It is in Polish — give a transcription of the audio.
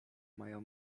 mają